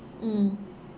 mm